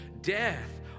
death